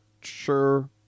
sure